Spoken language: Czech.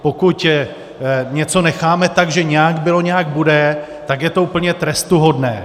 Pokud něco necháme tak, že nějak bylo, nějak bude, tak je to úplně trestuhodné.